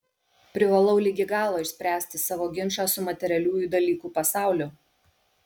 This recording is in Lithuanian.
privalau ligi galo išspręsti savo ginčą su materialiųjų dalykų pasauliu